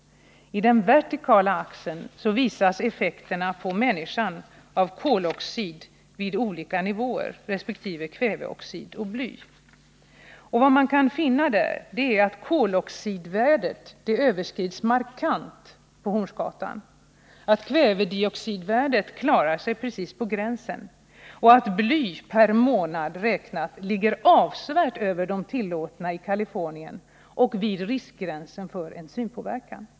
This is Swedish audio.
I den vertikala axeln visas effekterna på människan av koloxid vid olika nivåer, resp. kvävedioxid och bly. Vi finner att koloxidvärdet överskrids markant på Hornsgatan, att kvävedioxidvärdet klarar sig precis på gränsen och att bly per månad räknat ligger avsevärt över de tillåtna i Californien och vid riskgränsen för enzympåverkan.